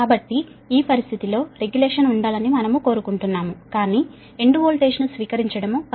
కాబట్టి ఈ పరిస్థితి లో రెగ్యులేషన్ ఉండాలని మనము కోరుకుంటున్నాము కాని ఎండ్ వోల్టేజ్ను స్వీకరించడం 10